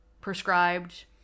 prescribed